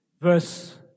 Verse